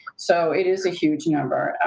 so it is a huge number.